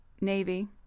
Navy